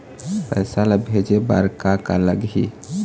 पैसा ला भेजे बार का का लगही?